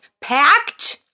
packed